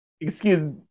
excuse